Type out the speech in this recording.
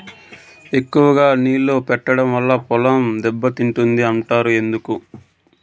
ఎక్కువగా నీళ్లు పెట్టడం వల్ల పొలం దెబ్బతింటుంది అంటారు ఎందుకు?